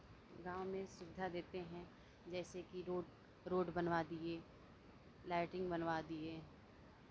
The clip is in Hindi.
गांव में सुविधा देते हैं जैसे कि रोड रोड बनवा दिये लैट्रिंन बनवा दिये